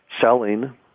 selling